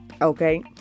Okay